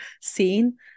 scene